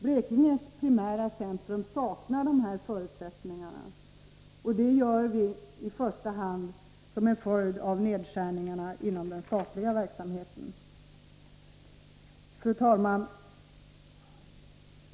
Blekinges primära centrum saknar dessa förutsättning ar, och det är i första hand en följd av nedskärningarna inom den statliga verksamheten. Fru talman!